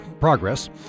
progress